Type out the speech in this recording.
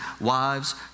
wives